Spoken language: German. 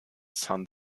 san